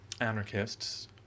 anarchists